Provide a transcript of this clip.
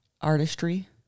artistry